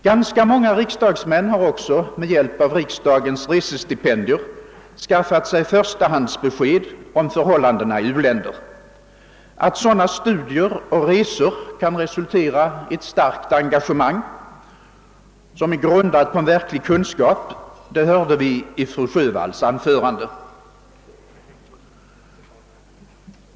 Ganska många riksdagsmän har också med hjälp av riksdagens resestipendier skaffat sig förstahandsbesked om förhållandena i u-länder. Att sådana studier och resor kan resultera i ett starkt engagemang, som är grundat på en verklig kunskap, framgick av fru Sjövalls anförande.